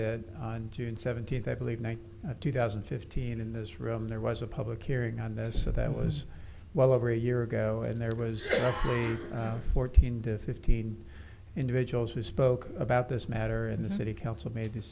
that june seventeenth i believe one of two thousand and fifteen in this room there was a public hearing on this so that was well over a year ago and there was fourteen or fifteen individuals who spoke about this matter and the city council made this